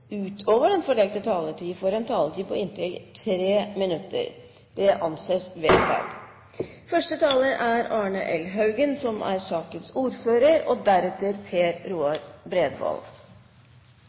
utover den fordelte taletid, får en taletid på inntil 3 minutter. – Det anses vedtatt. Forslaget som er lagt fram fra Fremskrittspartiet om en utvidet og